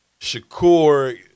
Shakur